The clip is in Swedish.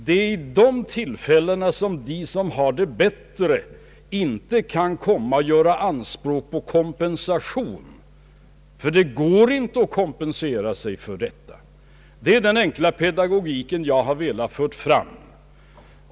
Vid ett sådant tillfälle kan de som har det bättre inte göra anspråk på kompensation, ty det går inte att kompensera sig för detta. Det är den enkla pedagogik jag har velat föra fram.